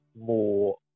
more